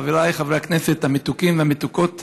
חבריי חברי הכנסת המתוקים והמתוקות